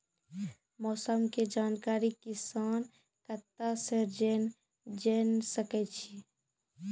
मौसम के जानकारी किसान कता सं जेन सके छै?